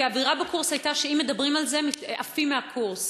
כי האווירה בקורס הייתה שאם מדברים על זה עפים מהקורס.